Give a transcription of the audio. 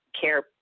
care